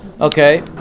Okay